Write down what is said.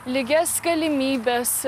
lygias galimybes